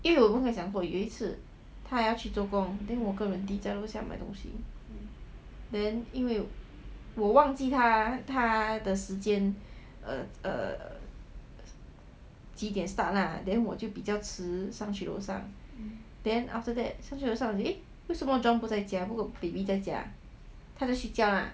因为我不会讲错有一次他要去做工 then 我一个人下去楼下买东西 then 因为我忘记他的时间几点 start lah then 我就比较迟上去楼上 then after that 上去楼上 then eh 为什么 john 不在家不过 baby 在家他在睡觉 lah